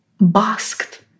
basked